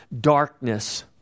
darkness